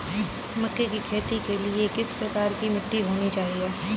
मक्के की खेती के लिए किस प्रकार की मिट्टी होनी चाहिए?